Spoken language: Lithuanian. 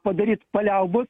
padaryt paliaubos